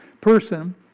person